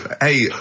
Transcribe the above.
hey